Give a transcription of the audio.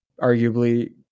arguably